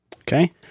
Okay